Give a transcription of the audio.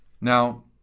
Now